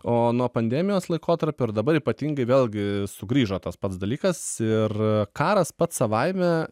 o nuo pandemijos laikotarpio ir dabar ypatingai vėlgi sugrįžo tas pats dalykas ir karas pats savaime